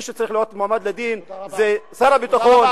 מי שצריך להיות מועמד לדין זה שר הביטחון,